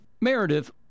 Meredith